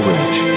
Ridge